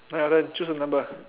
ah your turn choose a number